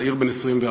צעיר בן 24,